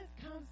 comes